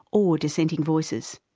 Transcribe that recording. or dissenting voices.